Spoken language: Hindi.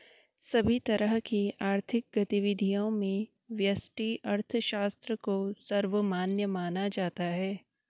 सभी तरह की आर्थिक गतिविधियों में व्यष्टि अर्थशास्त्र को सर्वमान्य माना जाता है